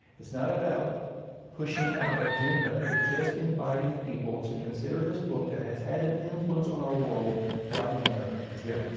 it's not about pushing our agenda, it's just inviting people to consider this book that has had an influence on our world like none other. yeah